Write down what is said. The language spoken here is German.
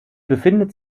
befindet